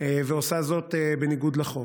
ועושה זאת בניגוד לחוק.